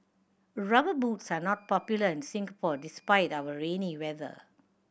Rubber Boots are not popular in Singapore despite our rainy weather